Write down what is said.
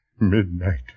Midnight